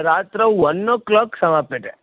रात्रौ one o'clock समाप्यते